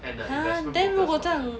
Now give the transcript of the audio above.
ha then 如果这样